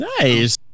Nice